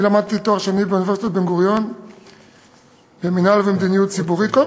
אני למדתי לתואר שני במינהל ומדיניות ציבורית באוניברסיטת בן-גוריון.